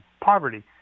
poverty